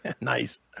nice